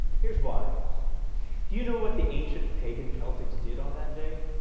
heres why do you know what the ancient pagan celtics did on that day?